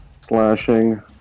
Slashing